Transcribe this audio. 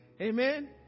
amen